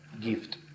gift